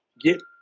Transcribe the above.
get